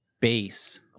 Base